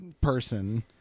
person